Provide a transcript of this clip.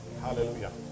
Hallelujah